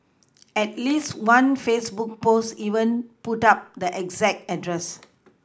at least one Facebook post even put up the exact address